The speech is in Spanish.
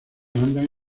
andan